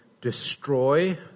destroy